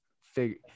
figure